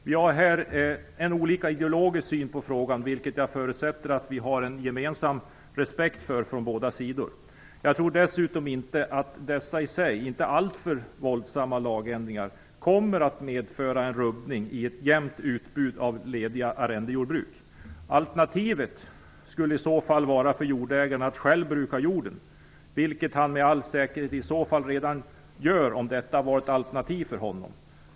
Vi har olika ideologisk syn på denna fråga, och jag förutsätter att man på båda sidor har respekt för detta. Jag tror dessutom inte att dessa i sig inte alltför våldsamma lagändringar kommer att medföra en rubbning i ett jämnt utbud av lediga arrendejordbruk. Alternativet för jordägaren skulle i så fall vara att själv bruka jorden, vilket han i så fall med all säkerhet redan gjorde, om detta var ett alternativ för honom.